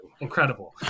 incredible